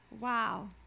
Wow